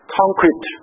concrete